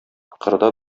кырда